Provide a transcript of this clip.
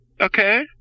Okay